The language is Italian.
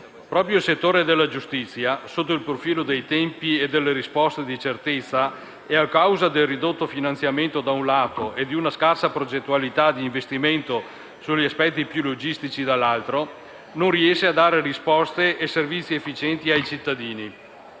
Proprio il settore della giustizia, sotto il profilo dei tempi e delle risposte di certezza e a causa del ridotto finanziamento, da un lato, e di una scarsa progettualità di investimento sugli aspetti più logistici, dall'altro, non riesce a dare risposte e servizi efficienti ai cittadini.